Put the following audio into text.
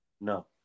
no